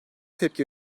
tepki